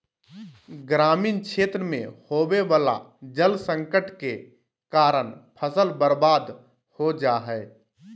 ग्रामीण क्षेत्र मे होवे वला जल संकट के कारण फसल बर्बाद हो जा हय